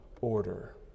order